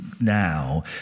now